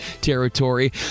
territory